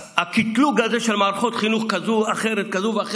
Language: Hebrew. אז הקטלוג הזה של מערכות חינוך כאלה ואחרות,